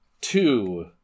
Two